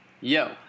Yo